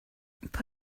but